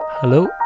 Hello